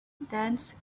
dense